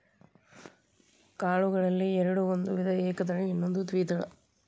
ಕಾಳುಗಳಲ್ಲಿ ಎರ್ಡ್ ಒಂದು ವಿಧ ಏಕದಳ ಇನ್ನೊಂದು ದ್ವೇದಳ